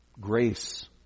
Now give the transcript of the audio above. Grace